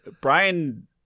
Brian